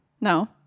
No